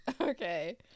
Okay